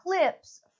clips